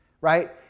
right